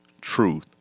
truth